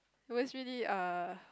it was really err